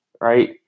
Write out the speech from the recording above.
right